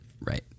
right